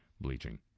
bleaching